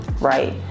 right